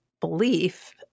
belief –